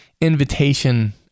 invitation